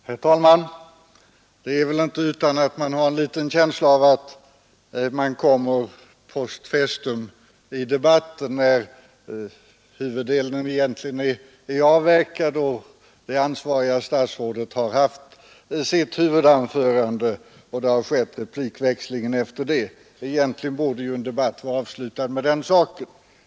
Herr talman! Det är väl inte utan att man har en viss känsla av att man kommer post festum i debatten, när huvuddelen är avverkad och det ansvariga statsrådet har haft sitt huvudanförande med åtföljande replik växling. Egentligen borde ju en debatt vara avslutad med det.